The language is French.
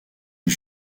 est